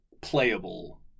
playable